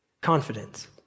confidence